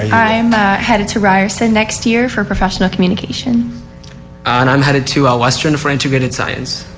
i'm heading to ryerson next year for professional communication. and i'm heading to western for inti science.